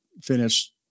finish